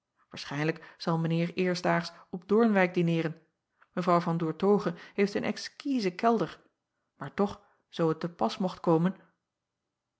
aarschijnlijk zal mijn eer eerstdaags op oornwijck dineeren evrouw an oertoghe heeft een exquisen kelder maar toch zoo het te pas mocht komen